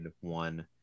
One